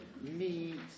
meet